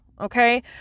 Okay